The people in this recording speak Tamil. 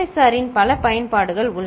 ஆரின் பல பயன்பாடுகள் உள்ளன